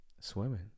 swimming